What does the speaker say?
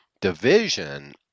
division